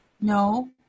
No